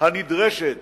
הנדרשת